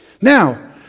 Now